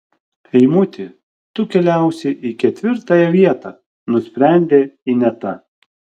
eimuti tu keliausi į ketvirtąją vietą nusprendė ineta